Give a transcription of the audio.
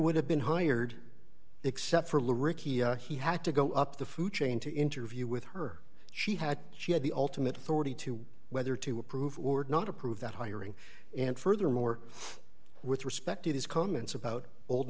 would have been hired except for he had to go up the food chain to interview with her she had she had the ultimate authority to whether to approve or not approve that hiring and furthermore with respect to his comments about old